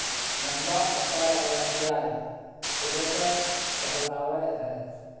लंबा अकार वला प्याज शलोट्स कहलावय हय